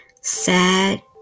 sad